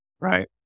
right